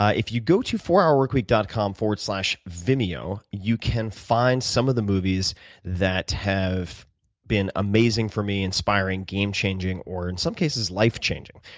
ah if you go to fourhourworkweek dot com slash vimeo, you can find some of the movies that have been amazing for me, inspiring, game changing, or in some cases life changing.